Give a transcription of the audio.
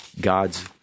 God's